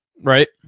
right